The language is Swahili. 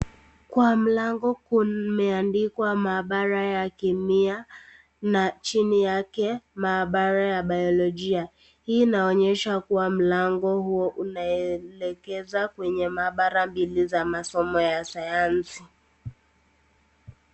Kwa mlango kumeandikwa maabara ya kimea na chini yake maabara ya biyologia. Hii inaonyesha kuwa mlango huo unaelekeza kwenye maabara mbili za masomo ya sayansi.